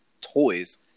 toys